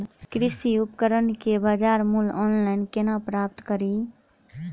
कृषि उपकरण केँ बजार मूल्य ऑनलाइन केना प्राप्त कड़ी?